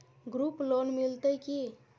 Group loan मिलतै की?